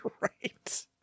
right